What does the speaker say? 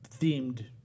themed